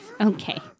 Okay